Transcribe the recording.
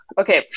okay